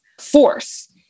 force